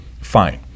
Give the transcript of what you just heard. fine